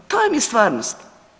To vam je stvarnost.